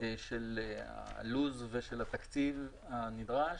של הלו"ז ושל התקציב הנדרש,